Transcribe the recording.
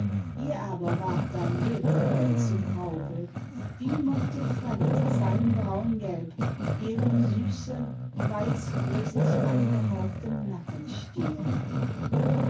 ihr aber ward dein löwenfell zum raube wie mochte fremd sein braungelb ihrem süßen weiß rosig angehauchtem nacken stehen